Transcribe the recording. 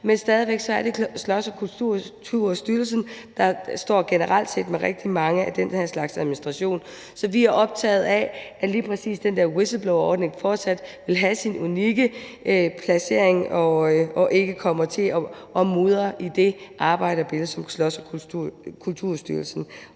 er stadig væk Slots- og Kulturstyrelsen, der generelt set står med rigtig meget af den her slags administration. Så vi er optaget af, at lige præcis den der whistleblowerordning fortsat vil have sin unikke placering og ikke kommer til at mudre i det arbejde, som Slots- og Kulturstyrelsen